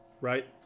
Right